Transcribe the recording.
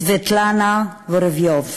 סבטלנה וורוביוב,